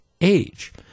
age